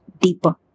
deeper